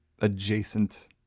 adjacent